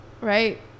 right